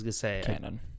canon